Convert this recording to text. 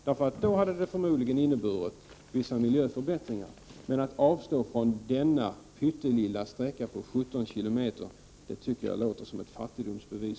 Det hade förmodligen inneburit vissa miljöförbättringar. Men att vilja avstå från denna pyttelilla sträcka på 17 kilometer tycker jag uppriktigt sagt verkar vara ett fattigdomsbevis.